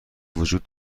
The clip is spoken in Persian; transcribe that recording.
وجود